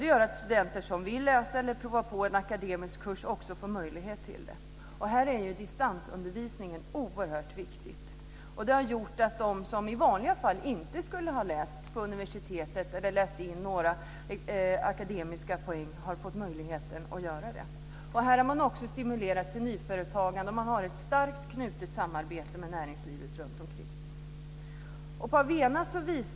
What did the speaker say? Det gör att studenter som vill läsa eller prova på en akademisk kurs också får möjlighet till det. Här är ju distansundervisningen oerhört viktig. Den har gjort att de som i vanliga fall inte skulle ha läst på universitetet eller läst in några akademiska poäng har fått möjligheten att göra det. Här har man också stimulerat till nyföretagande. Man har ett starkt samarbete med näringslivet runtomkring.